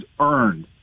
earned